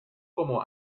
como